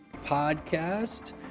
podcast